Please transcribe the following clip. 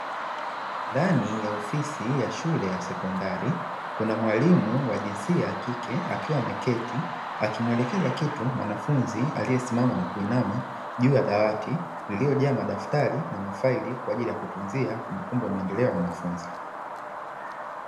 Ndani ya ofisi ya shule ya sekondari, kuna mwalimu wa jinsia ya kike akiwa ameketi, akimuelekeza kitu mwanafunzi aliyesimama na kuinama juu ya dawati lililojaa madaftari na mafaili, kwa ajili ya kutunzia kumbukumbu ya maendeleo ya wanafunzi.